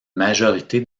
majorité